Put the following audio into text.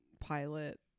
pilot